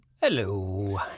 Hello